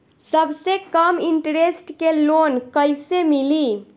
सबसे कम इन्टरेस्ट के लोन कइसे मिली?